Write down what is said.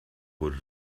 wurde